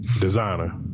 designer